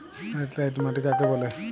Laterite মাটি কাকে বলে?